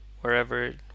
wherever